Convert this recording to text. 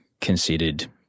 considered